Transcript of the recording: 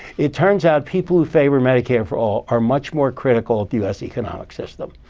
it turns out people who favor medicare for all are much more critical of the us economic system.